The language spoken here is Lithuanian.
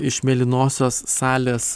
iš mėlynosios salės